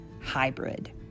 hybrid